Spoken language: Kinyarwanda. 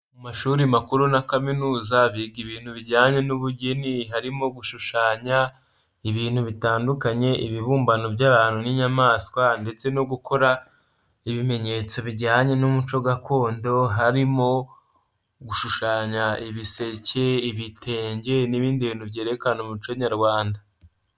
Mu mashuri makuru na kaminuza biga ibintu bijyanye n'ubugeni harimo gushushanya, ibintu bitandukanye, ibibumbano by'abantu n'inyamaswa ndetse no gukora ibimenyetso bijyanye n'umuco gakondo, harimo gushushanya ibiseke, ibitenge n'ibindi bintu byerekana umuco nyarwanda.